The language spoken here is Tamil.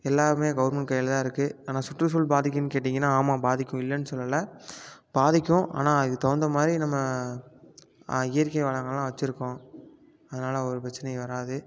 எல்லாமே கவர்மெண்ட் கையில் தான் இருக்குது ஆனால் சுற்றுச்சூழல் பாதிக்கும்னு கேட்டிங்கன்னால் ஆமாம் பாதிக்கும் இல்லைன்னு சொல்லலை பாதிக்கும் ஆனால் இதுக்குத் தகுந்த மாதிரி நம்ம இயற்கை வளங்களும் வச்சுருக்கோம் அதனால் ஒரு பிரச்சனையும் வராது